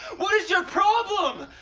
what is your problem!